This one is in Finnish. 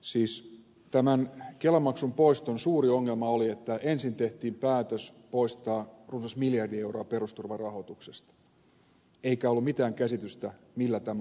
siis tämän kelamaksun poiston suuri ongelma oli että ensin tehtiin päätös poistaa runsas miljardi euroa perusturvarahoituksesta eikä ollut mitään käsitystä millä tämä aukko tullaan korvaamaan